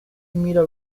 mira